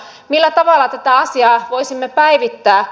millä tavalla tätä asiaa voisimme päivittää